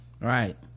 right